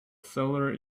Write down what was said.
solar